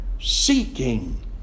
Seeking